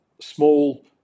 small